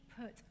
put